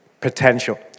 potential